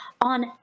on